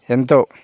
ఎంతో